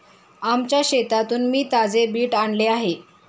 आमच्या शेतातून मी ताजे बीट आणले आहे